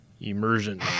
Immersion